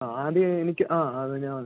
ആദ്യം എനിക്ക് അതു ഞാൻ